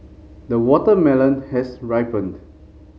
the watermelon has ripened